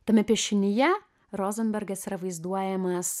tame piešinyje rozenbergas yra vaizduojamas